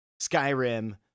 Skyrim